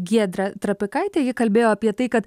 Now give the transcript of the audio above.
giedre trapikaite ji kalbėjo apie tai kad